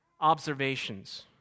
observations